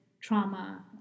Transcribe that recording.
trauma